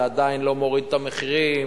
זה עדיין לא מוריד את המחירים,